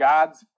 God's